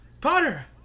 Potter